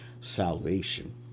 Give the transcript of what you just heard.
salvation